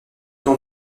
plan